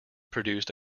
produced